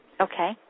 Okay